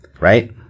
right